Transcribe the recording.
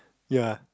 ya